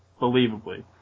believably